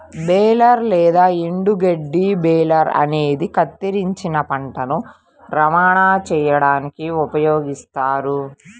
baler లేదా ఎండుగడ్డి baler అనేది కత్తిరించిన పంటను రవాణా చేయడానికి ఉపయోగిస్తారు